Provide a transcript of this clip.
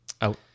out